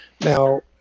now